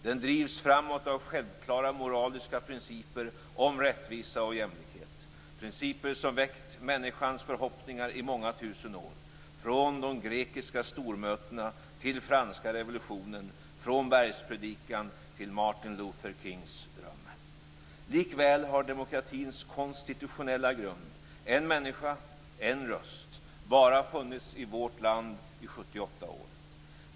Den drivs framåt av självklara moraliska principer om rättvisa och jämlikhet - principer som väckt människans förhoppningar i många tusen år, från de grekiska stormötena till franska revolutionen, från bergspredikan till Martin Luther Kings drömmar. Likväl har demokratins konstitutionella grund, en människa - en röst, bara funnits i vårt land i 78 år.